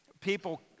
people